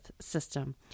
system